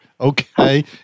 Okay